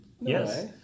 yes